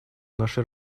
нашей